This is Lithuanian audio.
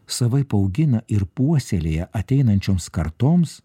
savaip augina ir puoselėja ateinančioms kartoms